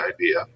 idea